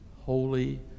holy